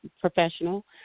professional